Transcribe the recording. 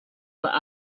where